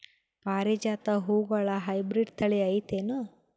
ಪಾರಿಜಾತ ಹೂವುಗಳ ಹೈಬ್ರಿಡ್ ಥಳಿ ಐತೇನು?